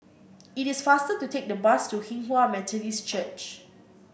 it is faster to take the bus to Hinghwa Methodist Church